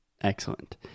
Excellent